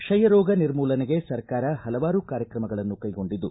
ಕ್ಷಯ ರೋಗ ನಿರ್ಮೂಲನೆಗೆ ಸರ್ಕಾರ ಹಲವಾರು ಕ್ರಮಗಳನ್ನು ಕೈಗೊಂಡಿದ್ದು